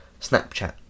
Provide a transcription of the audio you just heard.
snapchat